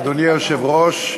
אדוני היושב-ראש,